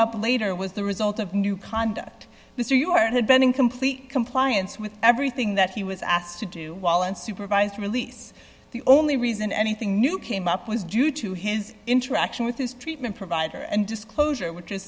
up later was the result of new conduct mr ewart had been in complete compliance with everything that he was asked to do while in supervised release the only reason anything new came up was due to his interaction with his treatment provider and disclosure which is